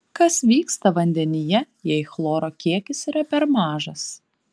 kas vyksta vandenyje jei chloro kiekis yra per mažas